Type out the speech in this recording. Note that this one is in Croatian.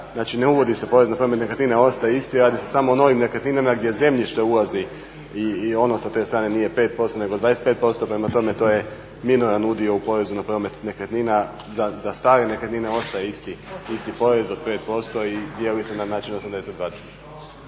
znači ne uvodi se porez na … nekretnina, ostaje isti, radi se samo o novim nekretninama gdje zemljište ulazi i ono sa te strane nije 5% nego 25%, prema tome to je … u porezu na promet nekretnina, za stare nekretnine ostaje isti porez od 5% i dijeli se na način 80:20.